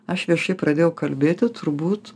aš viešai pradėjau kalbėti turbūt